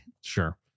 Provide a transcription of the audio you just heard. Sure